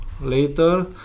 later